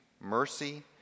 mercy